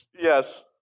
Yes